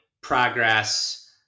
progress